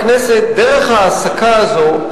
מתייחסת בהומור רב לחבר הכנסת נסים זאב.